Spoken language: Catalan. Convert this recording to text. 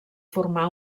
formar